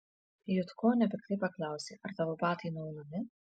jutkonio piktai paklausė ar tavo batai nuaunami